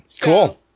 cool